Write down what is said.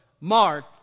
Mark